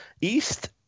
east